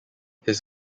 his